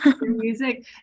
music